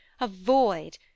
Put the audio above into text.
avoid